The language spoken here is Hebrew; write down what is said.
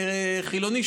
כחילוני,